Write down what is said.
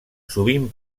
sovint